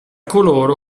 coloro